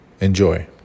Enjoy